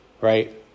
Right